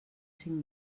cinc